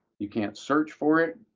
you can't search for it.